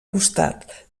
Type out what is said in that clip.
costat